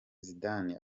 zidane